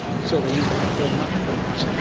so they used it to grow mushrooms.